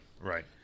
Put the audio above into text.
Right